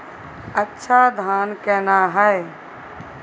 अच्छा धान केना हैय?